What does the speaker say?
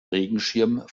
regenschirm